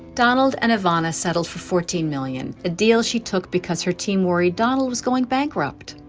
donald and ivana settled for fourteen million, a deal she took because her team worried donald was going bankrupt.